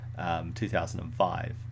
2005